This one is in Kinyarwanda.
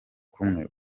kumwe